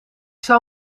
zou